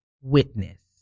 witness